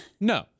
No